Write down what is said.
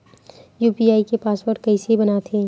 UPI के password कइसे बनाथे?